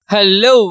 Hello